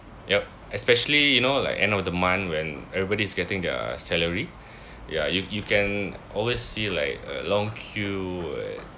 yup especially you know like end of the month when everybody is getting their salary ya you you can always see like a long queue and